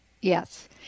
Yes